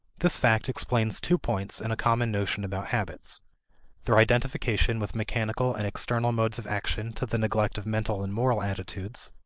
this fact explains two points in a common notion about habits their identification with mechanical and external modes of action to the neglect of mental and moral attitudes,